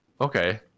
okay